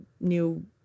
new